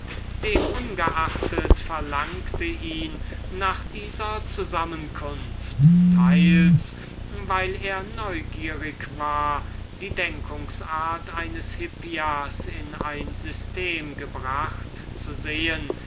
ungeachtet verlangte ihn nach dieser zusammenkunft teils weil er neugierig war die denkungsart eines hippias in ein system gebracht zu sehen